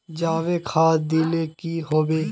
जाबे खाद दिले की होबे?